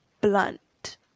blunt